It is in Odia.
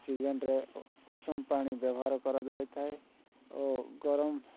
ସିଜିନ୍ରେ ଉଷୁମ ପାଣି ବ୍ୟବହାର କରାଯାଇଥାଏ ଓ ଗରମ